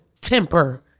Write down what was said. temper